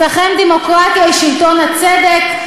אצלכם דמוקרטיה היא שלטון הצדק,